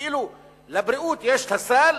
שכאילו לבריאות יש הסל,